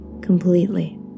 completely